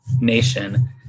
nation